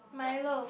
Milo